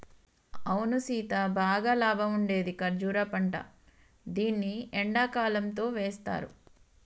అవును సీత బాగా లాభం ఉండేది కర్బూజా పంట దీన్ని ఎండకాలంతో వేస్తారు